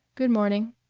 good morning,